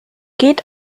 geht